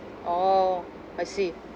orh I see